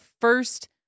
first